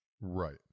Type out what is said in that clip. Right